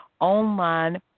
online